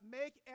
make